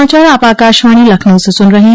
यह समाचार आप आकाशवाणी लखनऊ से सुन रहे हैं